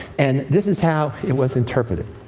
and this is how it was interpreted.